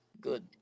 Good